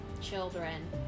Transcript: children